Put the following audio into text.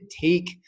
take